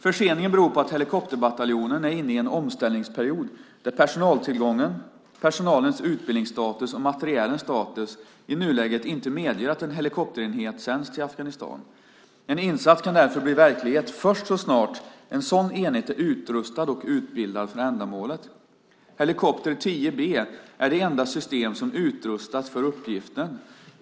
Förseningen beror på att helikopterbataljonen är inne i en omställningsperiod där personaltillgången, personalens utbildningsstatus och materielens status i nuläget inte medger att en helikopterenhet sänds till Afghanistan. En insats kan därför bli verklighet först så snart en sådan enhet är utrustad och utbildad för ändamålet. Helikopter 10 B är det enda system som utrustats för uppgiften.